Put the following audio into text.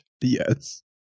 Yes